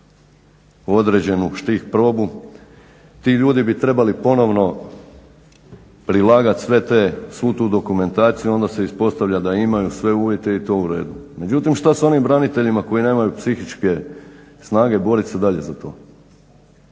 određenu štih probu, ti ljudi bi trebali ponovno prilagati svu tu dokumentaciju i onda se ispostavlja da imaju sve uvjete i to je u redu. Međutim, što s onim braniteljima koji nemaju psihičke snage boriti se dalje za to?